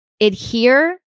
adhere